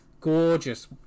Gorgeous